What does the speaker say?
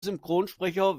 synchronsprecher